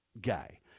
guy